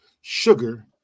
sugar